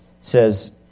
says